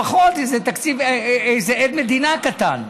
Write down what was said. לפחות איזה עד מדינה קטן.